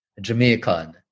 Jamaican